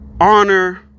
honor